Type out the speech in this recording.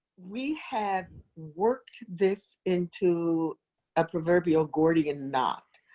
we have worked this into a proverbial gordian knot,